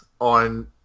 on